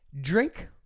drink